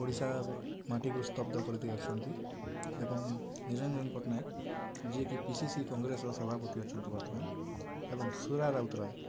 ଓଡ଼ିଶା ମାଟିକୁ ସ୍ତବ୍ଧ କରିଦେଇ ଆସୁଛନ୍ତି ଏବଂ ନିରଞ୍ଜନ ପଟ୍ଟନାୟକ ଯିଏକି ପି ସି ସି କଂଗ୍ରେସର ସଭାପତି ଅଛନ୍ତି ବର୍ତ୍ତମାନ ଏବଂ ସୁରାରାଉତ ରାୟ